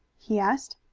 he asked.